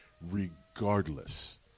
regardless